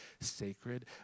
sacred